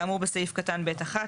כאמור בסעיף קטן (ב)(1),